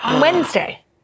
Wednesday